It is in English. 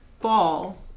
ball